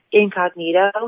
incognito